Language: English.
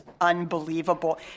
unbelievable